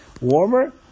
warmer